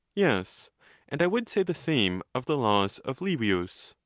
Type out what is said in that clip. yes and i would say the same of the laws of livius.